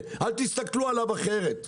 אל תסתכלו עליהם אחרת.